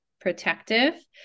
protective